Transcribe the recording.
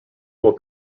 will